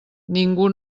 ningú